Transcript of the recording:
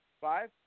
Five